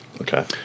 Okay